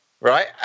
right